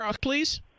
Please